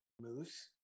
Moose